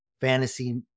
fantasy